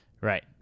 Right